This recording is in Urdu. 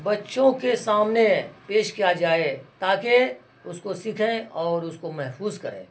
بچوں کے سامنے پیش کیا جائے تاکہ اس کو سیکھیں اور اس کو محفوظ کریں